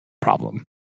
problem